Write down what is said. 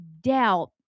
doubt